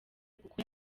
kuko